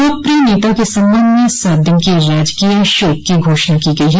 लोकप्रिय नेता के सम्मान में सात दिन के राजकीय शोक की घोषणा की गई है